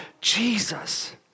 jesus